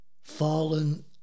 Fallen